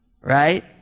right